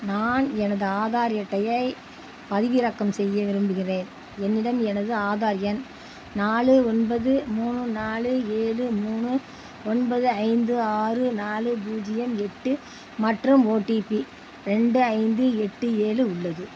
நான் எனது ஆதார் அட்டையை பதிவிறக்கம் செய்ய விரும்புகிறேன் என்னிடம் எனது ஆதார் எண் நாலு ஒன்பது மூணு நாலு ஏழு மூணு ஒன்பது ஐந்து ஆறு நாலு பூஜ்ஜியம் எட்டு மற்றும் ஓடிபி ரெண்டு ஐந்து எட்டு ஏழு உள்ளது